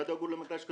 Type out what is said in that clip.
לא דאגו למגרש כדורגל,